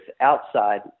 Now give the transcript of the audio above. outside